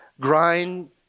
grind